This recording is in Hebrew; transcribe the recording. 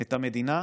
את המדינה,